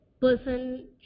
person